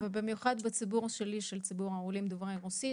ובמיוחד בציבור שלי שהוא ציבור העולים דוברי רוסית,